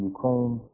Ukraine